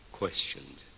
questioned